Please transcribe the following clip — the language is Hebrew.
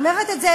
אני אומרת את זה,